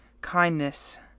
kindness